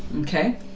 Okay